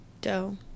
dough